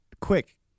quick